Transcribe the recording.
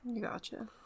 gotcha